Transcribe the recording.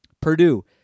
Purdue